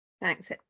Thanks